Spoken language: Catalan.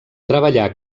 treballà